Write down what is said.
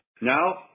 Now